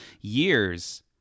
year's